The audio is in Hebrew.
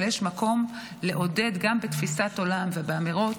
אבל יש מקום לעודד גם בתפיסת עולם ובאמירות,